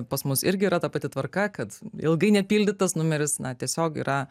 pas mus irgi yra ta pati tvarka kad ilgai nepildytas numeris na tiesiog yra